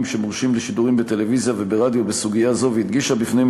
לשידורים בטלוויזיה וברדיו בסוגיה זו והדגישה בפניהם